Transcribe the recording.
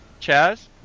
Chaz